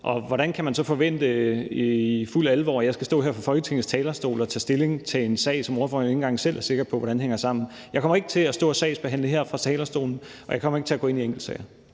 Hvordan kan man så i fuldt alvor forvente, at jeg skal stå her på Folketingets talerstol og tage stilling til en sag, som ordføreren ikke engang selv er sikker på hvordan hænger sammen? Jeg kommer ikke til at stå og sagsbehandle her fra talerstolen, og jeg kommer ikke til at gå ind i enkeltsager.